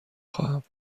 خواهم